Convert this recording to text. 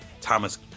Thomas